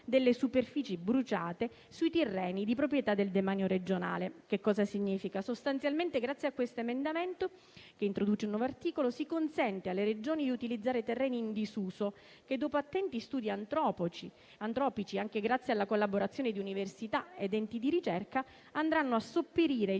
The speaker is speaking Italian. delle superfici bruciate sui terreni di proprietà del demanio regionale. Ciò significa che sostanzialmente, grazie a questo emendamento che introduce un nuovo articolo, si consente alle Regioni di utilizzare terreni in disuso che dopo attenti studi antropici, anche grazie alla collaborazione di università ed enti di ricerca, andranno a sopperire gli